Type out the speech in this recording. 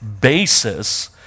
basis